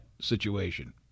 situation